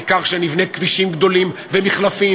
העיקר שנבנה כבישים גדולים ומחלפים